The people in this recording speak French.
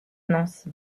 nancy